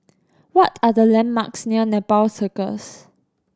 what are the landmarks near Nepal Circus